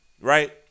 right